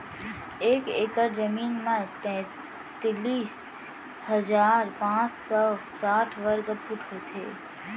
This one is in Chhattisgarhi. एक एकड़ जमीन मा तैतलीस हजार पाँच सौ साठ वर्ग फुट होथे